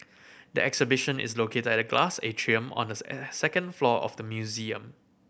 the exhibition is located at a glass atrium on the second level of the museum